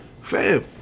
fam